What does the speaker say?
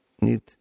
need